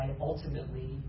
ultimately